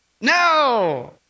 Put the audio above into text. No